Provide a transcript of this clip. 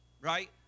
right